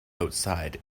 outside